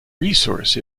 resource